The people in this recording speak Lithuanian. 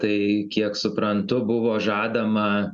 tai kiek suprantu buvo žadama